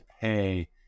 pay